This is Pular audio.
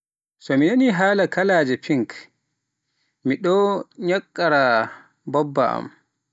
So mi nani haala kaalaje pink, Miɗo ŋakkiraa baaba am